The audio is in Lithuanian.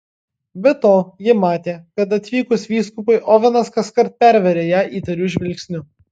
be to ji matė kad atvykus vyskupui ovenas kaskart perveria ją įtariu žvilgsniu